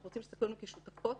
אנחנו רוצות שיסתכלו עלינו כשותפות